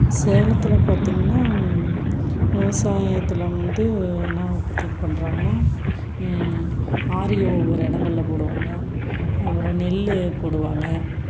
சேலத்தில் பார்த்திங்கன்னா விவசாயத்தில் வந்து என்ன உற்பத்தி பண்ணுறாங்கன்னா ஆரியோம் ஒரு இடங்கள்ல போடுவாங்க அப்புறம் நெல் போடுவாங்க